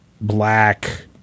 black